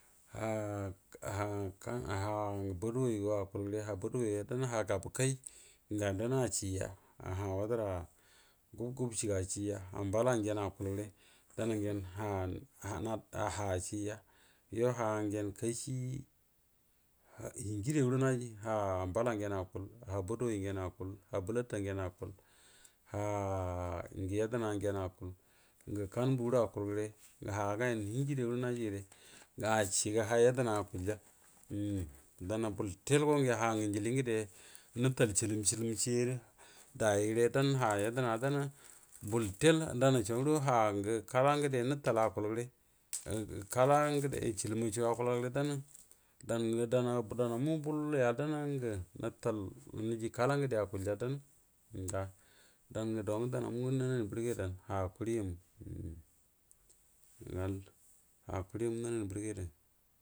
A ha badugaigo akulde dana ha badugeri dana ha kabəkai ga dana ashija ha wadəra gubgub shiga ashija ambola ngen akul gəre dan gen ha ashija dan ngon ha kashi hinjido naga ha ambala ngen akull ha badugai ngen akul ha bəlata ngen akul hangə yadəna akul ngə kanumbudo akul gəre ha gayun himjirai do najire ashigə ha yadəna akuly a dana bul tel gode ha njili ngəde nətal chiləm chiləm chire dai yaire do na ha yadəna bul fell dansho ngudo ha ngu kala ngəde nətal akul gəre kala chilom sho akulal gəre dana-mu bu i ngiga dan ngə nətal kala ngəde akulya dan ga dangə do nga dana angə nani bəregedan ha kurimu ha, kuri mu nani bərəgedə.